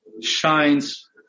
shines